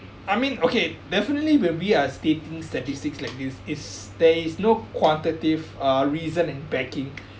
I mean okay definitely will be a stating statistics like this is there is no quantitative uh reason and backing